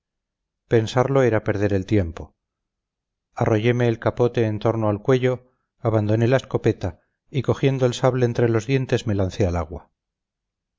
pensarlo era perder el tiempo arrolleme el capote en torno al cuello abandoné la escopeta y cogiendo el sable entre los dientes me lancé al agua